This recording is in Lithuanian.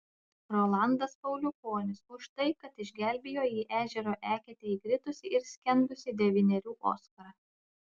rolandas pauliukonis už tai kad išgelbėjo į ežero eketę įkritusį ir skendusį devynerių oskarą